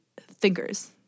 thinkers